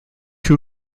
two